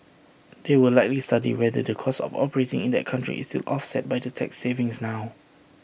they will likely study whether the cost of operating in that country is still offset by the tax savings now